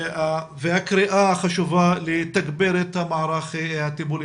והקריאה החשובה לתגבר את המערך הטיפולי.